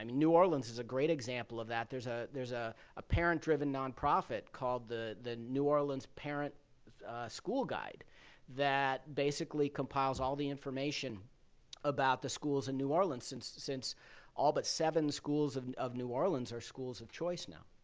i mean new orleans is a great example of that. there's ah there's ah a parent-driven nonprofit called the the new orleans parent school guide that basically compiles all the information about the schools in new orleans since since all but seven schools in new orleans are schools of choice now.